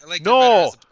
no